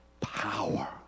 power